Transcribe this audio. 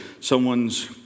someone's